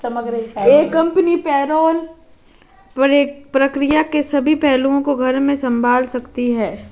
एक company payroll प्रक्रिया के सभी पहलुओं को घर में संभाल सकती है